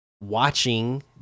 watching